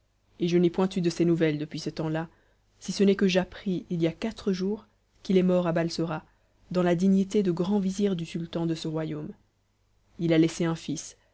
et je n'ai point eu de ses nouvelles depuis ce temps-là si ce n'est que j'appris il y a quatre jours qu'il est mort à balsora dans la dignité de grand vizir du sultan de ce royaume il a laissé un fils